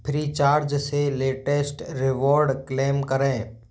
recharge से latest reward claim करें